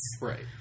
Right